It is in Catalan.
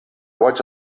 boig